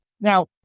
Now